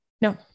No